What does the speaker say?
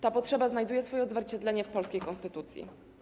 Ta potrzeba znajduje swoje odzwierciedlenie w polskiej konstytucji.